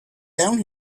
down